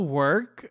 work